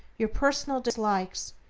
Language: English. your personal dislikes,